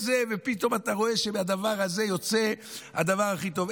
ופתאום אתה רואה שמהדבר הזה יוצא הדבר הכי טוב.